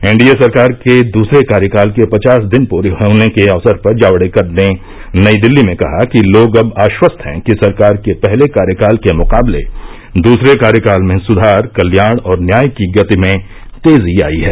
N D A सरकार के दुसरे कार्यकाल के पचास दिन पुरे होने के अवसर पर जावडेकर ने नई दिल्ली में कहा कि लोग अब आश्वस्त हैं कि सरकार के पहले कार्यकाल के मुकाबले दूसरे कार्यकाल में सुधार कल्याण और न्याय की गति में तेजी आई है